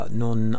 non